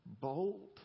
Bold